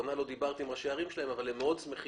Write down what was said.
שלאחרונה לא דיברתי עם ראשי הערים שלהן אבל הם מאוד שמחים